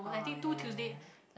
ah ya ya ya ya ya